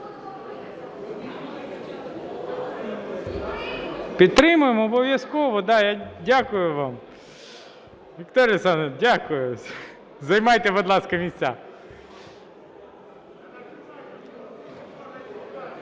Підтримуємо обов'язково, так. Я дякую вам. Вікторія Олександрівна, дякую. Займайте, будь ласка, місця.